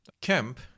CAMP